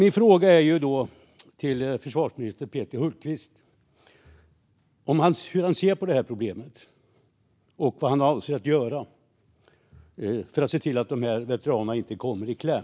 Hur ser försvarsminister Peter Hultqvist på detta problem? Och vad avser han att göra för att se till att dessa veteraner inte kommer i kläm?